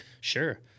Sure